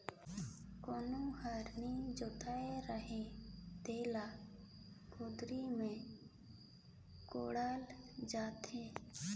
कोनहा हर नी जोताए रहें तेला कुदारी मे कोड़ल जाथे